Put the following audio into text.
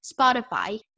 Spotify